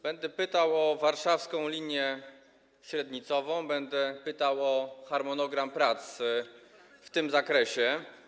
Będę pytał o warszawską linię średnicową, będę pytał o harmonogram prac w tym zakresie.